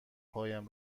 پایم